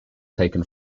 taken